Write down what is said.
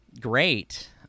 great